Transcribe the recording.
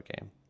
game